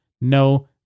No